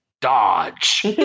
dodge